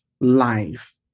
life